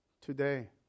Today